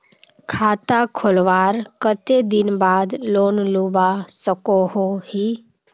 खाता खोलवार कते दिन बाद लोन लुबा सकोहो ही?